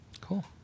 Cool